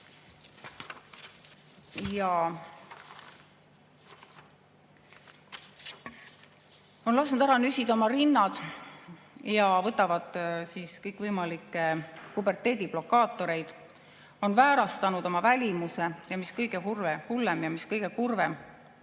on lasknud ära nüsida oma rinnad ja võtavad kõikvõimalikke puberteediblokaatoreid, on väärastanud oma välimuse, ja mis kõige hullem ja kõige kurvem,